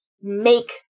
make